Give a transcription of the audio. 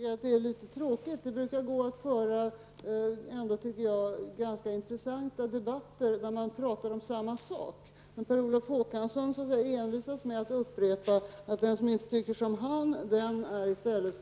Herr talman! Det brukar vara möjligt att föra ganska intressanta debatter, där man talar om samma sak. Men det är litet tråkigt att här behöva konstatera att Per Olof Håkansson envisas med att upprepa att den som inte tycker som han